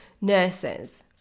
nurses